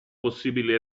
possibile